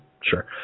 Sure